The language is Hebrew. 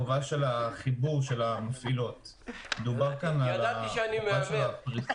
בקהילה שלנו, של המשתמשים, יש 8,000 משתמשים